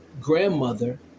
grandmother